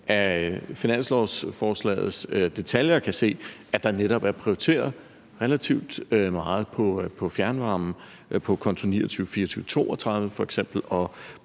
af finanslovsforslagets detaljer kan se, at der netop er prioriteret relativt meget i forhold til fjernvarmen i f.eks.